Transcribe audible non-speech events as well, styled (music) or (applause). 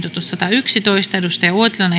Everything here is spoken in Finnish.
kaksikymmentäkaksi ja kari uotilan (unintelligible)